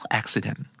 accident